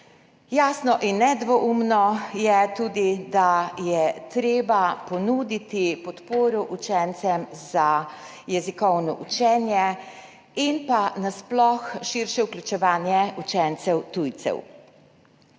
Jasno in nedvoumno je tudi, da je treba ponuditi podporo učencem za jezikovno učenje in nasploh širše vključevanje učencev tujcev.